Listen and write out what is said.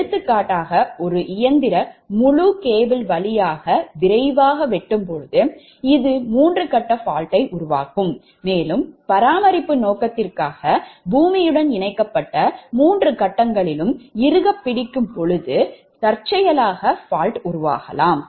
எடுத்துக்காட்டாக ஒரு இயந்திர முழு கேபிள் வழியாக விரைவாக வெட்டும்போது இது மூன்று கட்ட faultயை உருவாக்கலாம் மேலும் பராமரிப்பு நோக்கத்திற்காக பூமியுடன் இணைக்கப்பட்ட மூன்று கட்டங்களையும் இறுகப் பிடிக்கும் போது தற்செயலாக fault உருவாக்கலாம்